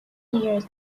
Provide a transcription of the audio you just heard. years